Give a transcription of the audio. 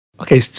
Okay